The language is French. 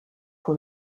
pour